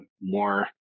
more